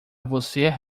você